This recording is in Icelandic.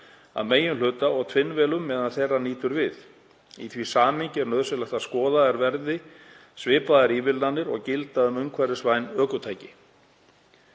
að meginhluta og tvinnvélum meðan þeirra nýtur við. Í því samhengi er nauðsynlegt að skoðaðar verði svipaðar ívilnanir og gilda um umhverfisvæn ökutæki.